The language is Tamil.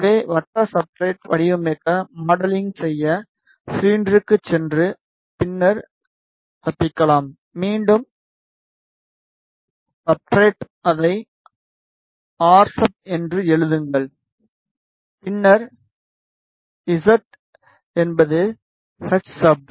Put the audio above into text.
எனவே வட்ட சப்ஸ்ட்ரட் வடிவமைக்க மாடலிங் செய்ய சிலிண்டருக்குச் சென்று பின்னர் தப்பிக்கலாம் மீண்டும் சப்ஸ்ட்ரட் அதை ஆர் சப் என்று எழுதுங்கள் பின்னர் ஈஸட் என்பது ஹச் சப்